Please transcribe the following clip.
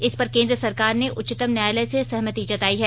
इस पर केन्द्र सरकार ने उच्चतम न्यायालय से सहमति जताई है